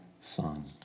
Son